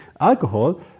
alcohol